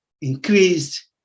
increased